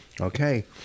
Okay